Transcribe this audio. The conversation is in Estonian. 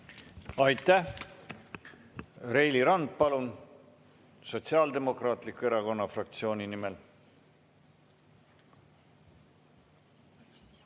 Aitäh! Reili Rand, palun, Sotsiaaldemokraatliku Erakonna fraktsiooni nimel!